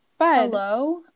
Hello